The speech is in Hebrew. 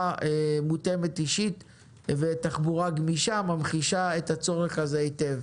מותאמת אישית ותחבורה גמישה ממחישה את הצורך הזה היטב.